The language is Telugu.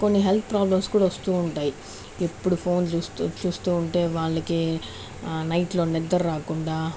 కొన్ని హెల్త్ ప్రాబ్లమ్స్ కూడా వస్తు ఉంటాయి ఎప్పుడు ఫోన్ చూస్తూ చూస్తు ఉంటే వాళ్ళకి నైట్లో నిద్ర రాకుండా